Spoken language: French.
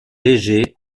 léger